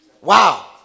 Wow